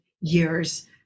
years